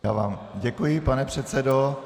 Já vám děkuji, pane předsedo.